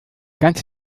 ganze